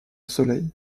soleil